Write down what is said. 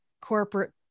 corporate